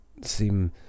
seem